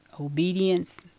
Obedience